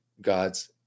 God's